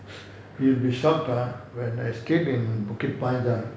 you'll be shocked ah when I stayed in bukit panjang